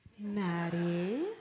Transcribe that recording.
Maddie